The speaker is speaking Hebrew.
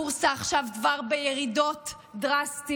הבורסה עכשיו כבר בירידות דרסטיות,